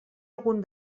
algun